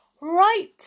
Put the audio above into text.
Right